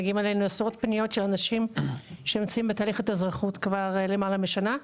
מגיעים אלינו עשרות פניות של אנשים שנמצאים בתהליך אזרחות למעלה משנה.